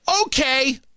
okay